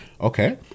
Okay